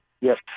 yes